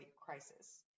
crisis